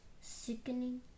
sickening